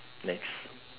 next